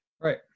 Right